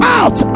out